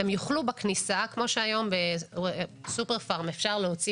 הם יוכלו בכניסה - כמו שהיום בסופר פארם אפשר להוציא